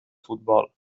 futbol